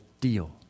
deal